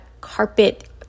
carpet